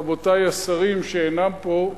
רבותי השרים שאינם פה,